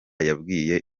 yabwiye